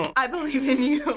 i believe in you.